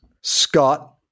Scott-